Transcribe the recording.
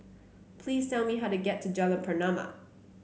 please tell me how to get to Jalan Pernama